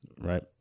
right